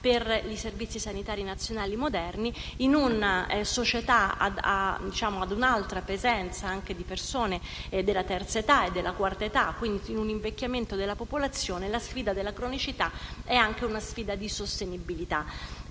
per i servizi sanitari nazionali moderni, in una società con un'alta presenza di persone della terza e della quarta età. Di fronte all'invecchiamento della popolazione, la sfida della cronicità è anche una sfida di sostenibilità.